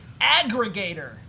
Aggregator